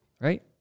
right